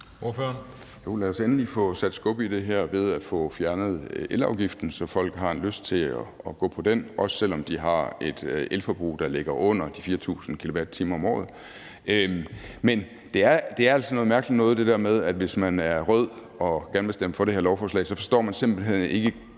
lad os endelig få sat skub i det her ved at få fjernet elafgiften, så folk har en lyst til at gå på den, også selv om de har et elforbrug, der ligger under de 4.000 kWh om året. Men det er altså noget mærkeligt noget, at hvis man er rød og gerne vil stemme for det her lovforslag, så forstår man simpelt hen ikke